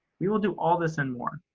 we will do all this and more.